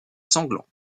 sanglant